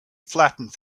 flattened